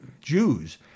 Jews